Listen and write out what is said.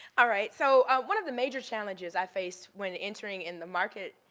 ah right, so one of the major challenges i faced when entering in the market,